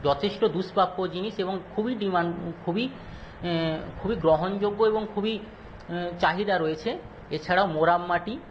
যথেষ্ট দুষ্প্রাপ্য জিনিস এবং খুবই ডিমান্ড খুবই খুবই গ্রহণযোগ্য এবং খুবই চাহিদা রয়েছে এছাড়াও মোড়াম মাটি